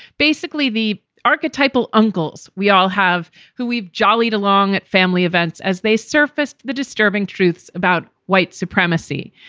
basically the archetypal uncles we all have who we've jollied along at family events as they surfaced, the disturbing truths about white supremacy,